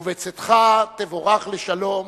ובצאתך תבורך לשלום.